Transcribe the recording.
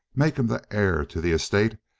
make him the heir to the estate,